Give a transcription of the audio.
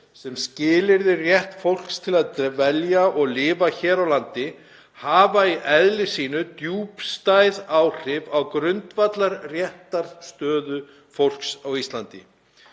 sem skilyrðir rétt fólks til að dvelja og lifa hér á landi, hafa í eðli sínu djúpstæð áhrif á grundvallarréttarstöðu fólks á Íslandi.